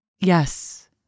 Yes